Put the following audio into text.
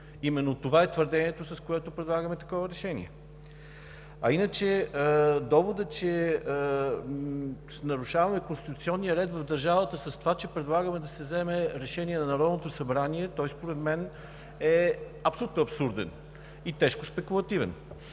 Именно това е твърдението, с което предлагаме такова решение. Иначе доводът, че нарушаваме конституционния ред в държавата с това, че предлагаме да се вземе решение на Народното събрание, е абсолютно абсурден и тежко спекулативен.